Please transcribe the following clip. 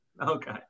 Okay